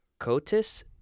cotis